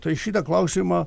tai šitą klausimą